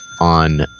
on